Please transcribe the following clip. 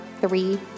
three